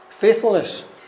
faithfulness